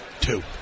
two